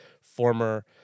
former